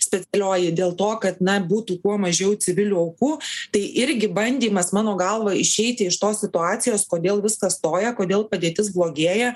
specialioji dėl to kad na būtų kuo mažiau civilių aukų tai irgi bandymas mano galva išeiti iš tos situacijos kodėl viskas stoja kodėl padėtis blogėja